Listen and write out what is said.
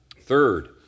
Third